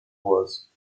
was